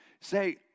Say